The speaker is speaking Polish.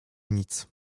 nic